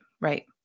right